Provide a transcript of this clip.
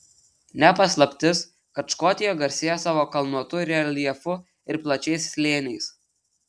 ne paslaptis kad škotija garsėja savo kalnuotu reljefu ir plačiais slėniais